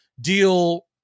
deal